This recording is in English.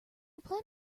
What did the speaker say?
plan